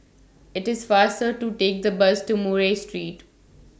IT IS faster to Take The Bus to Murray Street